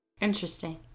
Interesting